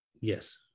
Yes